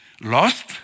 lost